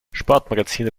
sportmagazine